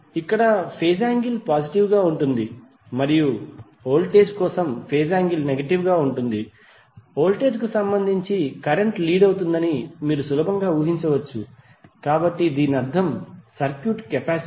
ఇక్కడ phase angle positive గా ఉంటుంది మరియు వోల్టేజ్ కోసం ఫేజ్ యాంగిల్ నెగటివ్ గా ఉంటుంది వోల్టేజ్ కు సంబంధించి కరెంట్ లీడ్ అవుతుందని మీరు సులభంగా ఊహించవచ్చు కాబట్టి దీని అర్థం సర్క్యూట్ కెపాసిటివ్